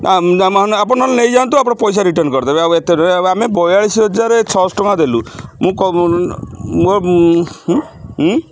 ଆପଣ ନହେଲେ ନେଇଯାଆନ୍ତୁ ଆପଣ ପଇସା ରିଟର୍ନ କରିଦେବେ ଆଉ ଏତେ ଆମେ ବୟାଳିଶି ହଜାରେ ଛଅଶହ ଟଙ୍କା ଦେଲୁ ମୁଁ ମୋ